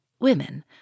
women